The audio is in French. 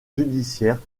judiciaire